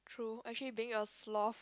true actually being a sloth